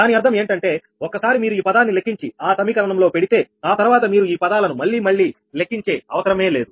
దాని అర్థం ఏంటంటే ఒక్కసారి మీరు ఈ పదాన్ని లెక్కించి ఆ సమీకరణం లో పెడితే ఆ తర్వాత మీరు ఈ పదాలను మళ్లీ మళ్లీ లెక్కించే అవసరం లేదు